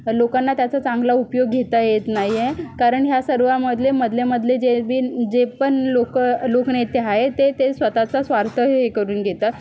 लोकांना त्याचा चांगला उपयोग घेता येत नाही आहे कारण ह्या सर्वांमधले मधले मधले जे बी जे पण लोक लोकनेते आहेत ते सर्व स्वतःचा स्वार्थ हे करून घेतात